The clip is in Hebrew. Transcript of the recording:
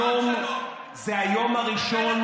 היום זה היום הראשון,